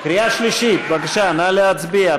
קריאה שלישית, בבקשה, נא להצביע.